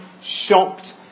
shocked